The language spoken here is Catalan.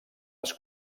les